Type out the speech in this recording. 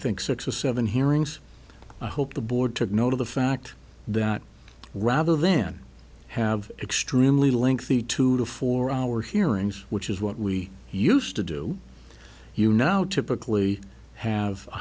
think six or seven hearings i hope the board took note of the fact that rather than have extremely lengthy two to four hour hearings which is what we used to do you now typically have a